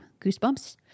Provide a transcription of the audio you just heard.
goosebumps